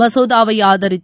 மசோதாவை ஆதரித்த